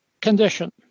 condition